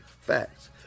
Facts